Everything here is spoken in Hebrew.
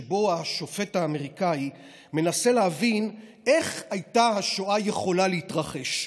שבו השופט האמריקני מנסה להבין איך הייתה השואה יכולה להתרחש.